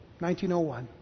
1901